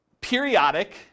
periodic